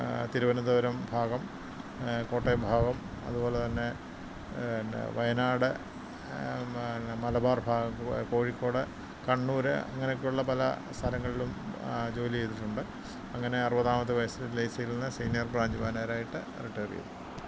തിരുവനന്തപുരം ഭാഗം കോട്ടയം ഭാഗം അതുപോലെ തന്നെ പിന്നെ വയനാട് പിന്നെ മലബാർ ഭാഗം കോഴിക്കോട് കണ്ണൂർ അങ്ങനെയൊക്കെയുള്ള പല സ്ഥലങ്ങളിലും ജോലി ചെയ്തിട്ടുണ്ട് അങ്ങനെ അറുപതാമത്തെ വയസ്സിൽ എൽ ഐ സിയിൽ നിന്ന് സീനിയർ ബ്രാഞ്ച് മാനേജറായിട്ട് റിട്ടയർ ചെയ്തു